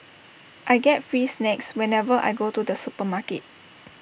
I get free snacks whenever I go to the supermarket